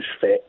fit